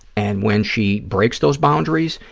and when she breaks those boundaries,